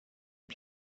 und